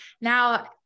now